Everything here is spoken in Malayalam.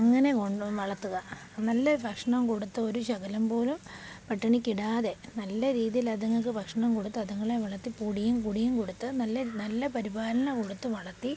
അങ്ങനെ കൊണ്ട് വളത്തുക നല്ല ഭക്ഷണം കൊടുത്ത് അത് ഒരു ശകലം പോലും പട്ടിണികിടാതെ നല്ല രീതിയിൽ അതുങ്ങൾക്ക് ഭക്ഷണം കൊടുത്ത് അതുങ്ങളെ വളർത്തി പൊടിയും കുടിയും കൊടുത്ത് നല്ല നല്ല പരിപാലനം കൊടുത്തു വളർത്തി